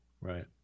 Right